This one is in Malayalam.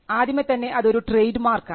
ആദ്യമേ തന്നെ അത് ഒരു ട്രേഡ് മാർക്കാണ്